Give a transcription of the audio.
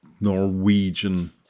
Norwegian